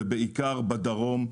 ובעיקר בדרום,